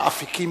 כאפיקים